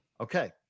Okay